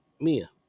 Mia